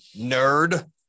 nerd